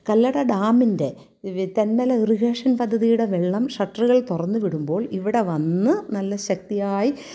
കല്ലട ഡാമിൻ്റെ തെന്മല ഇറിഗേഷൻ പദ്ധതിയുടെ വെള്ളം ഷട്ടറുകൾ തുറന്നു വിടുമ്പോൾ ഇവിടെ വന്ന് നല്ല ശക്തിയായി